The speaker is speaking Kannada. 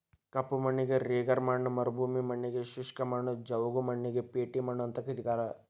ಕಪ್ಪು ಮಣ್ಣಿಗೆ ರೆಗರ್ ಮಣ್ಣ ಮರುಭೂಮಿ ಮಣ್ಣಗೆ ಶುಷ್ಕ ಮಣ್ಣು, ಜವುಗು ಮಣ್ಣಿಗೆ ಪೇಟಿ ಮಣ್ಣು ಅಂತ ಕರೇತಾರ